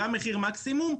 גם מחיר מקסימום,